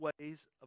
ways